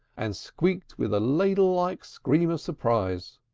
and squeaked with a ladle-like scream of surprise.